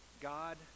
God